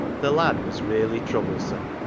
the lad was really troublesome.